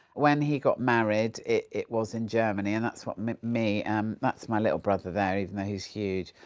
when he got married it it was in germany, and that's what me. um, that's my little brother, there, even though he's huge,